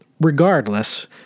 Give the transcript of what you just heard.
regardless